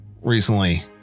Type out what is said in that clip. recently